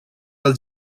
del